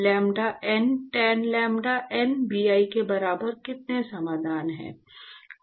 lambda n tan lambda n Bi के बराबर कितने समाधान हैं